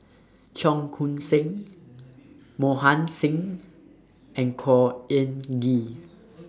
Cheong Koon Seng Mohan Singh and Khor Ean Ghee